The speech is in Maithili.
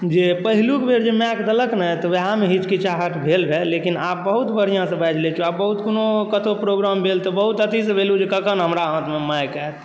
जे पहिलुक बेर माइक देलक ने तऽ वएहे मे हिचकिचाहट भेल लेकिन आब बहुत बढ़िऑं से बाजि लै छी आब बहुत कतहुँ कोनो प्रोग्राम भेल तऽ बहुत एथीसँ भेलहुँ जे कखन हमरा हाथमे माइक आयत